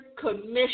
commission